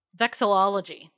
Vexillology